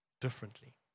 differently